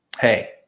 Hey